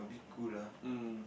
a bit cool lah